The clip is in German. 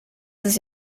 ist